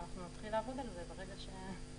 אנחנו נתחיל לעבוד על זה ברגע שזה יתקדם.